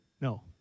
No